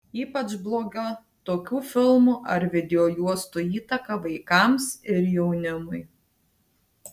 ypač bloga tokių filmų ar videojuostų įtaka vaikams ir jaunimui